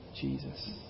Jesus